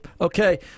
Okay